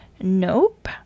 Nope